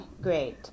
great